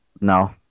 No